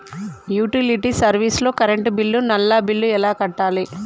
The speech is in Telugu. యుటిలిటీ సర్వీస్ లో కరెంట్ బిల్లు, నల్లా బిల్లు ఎలా కట్టాలి?